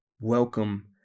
welcome